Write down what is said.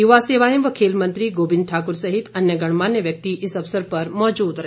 युवा सेवाएं व खेलमंत्री गोविंद ठाकुर सहित अन्य गणमान्य व्यक्ति इस अवसर पर मौजूद रहे